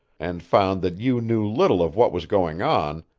and found that you knew little of what was going on,